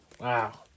Wow